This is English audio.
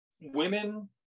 women